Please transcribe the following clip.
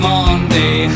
Monday